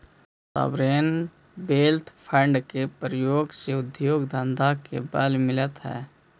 sovereign wealth fund के प्रयोग से उद्योग धंधा के बल मिलऽ हई